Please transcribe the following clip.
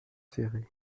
céré